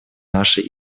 наши